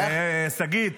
שגית,